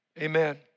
Amen